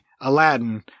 Aladdin